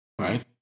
right